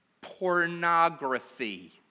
pornography